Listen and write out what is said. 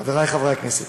חבריי חברי הכנסת,